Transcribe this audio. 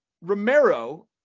Romero